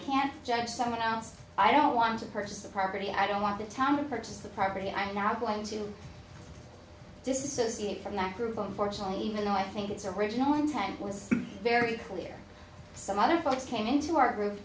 can't judge someone else i don't want to purchase a property i don't want the time to purchase the property i now plan to disassociate from that group unfortunately even though i think its original intent was very clear some other folks came into our gro